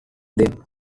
them